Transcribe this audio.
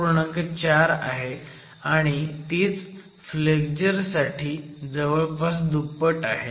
4 आहे आणि तीच फ्लेक्झर साठी जवळपास दुप्पट आहे